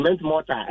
mortar